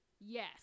Yes